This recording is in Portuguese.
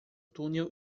túnel